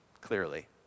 clearly